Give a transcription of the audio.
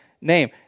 name